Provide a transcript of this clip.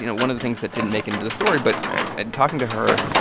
you know one of the things that didn't make it into the story but in talking to her,